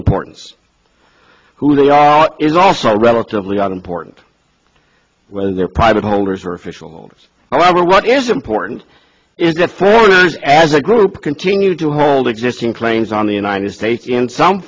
importance who they are is also relatively unimportant whether they're private holders or official however what is important is that foreigners as a group continue to hold existing claims on the united